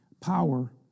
power